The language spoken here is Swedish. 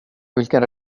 vilken